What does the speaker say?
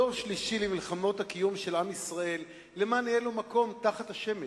דור שלישי למלחמת הקיום של עם ישראל למען יהיה לו "מקום תחת השמש"